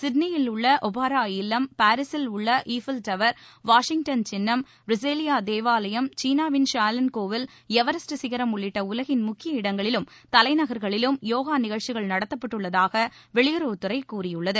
சிட்னியில் உள்ள ஒபாரா இல்லம் பாரிசில் உள்ள ஈஃபல் டவர் வாஷிங்டன் சின்னம் பிரெசிலியா தேவாலயம் சீனாவின் ஷாலின் கோவில் எவரெஸ்ட் சிகரம் உள்ளிட்ட உலகின் முக்கிய இடங்களிலும் தலைநகர்களிலும் யோகா நிகழ்ச்சிகள் நடத்தப்பட்டுள்ளதாக வெளியுறவுத் துறை கூறியுள்ளது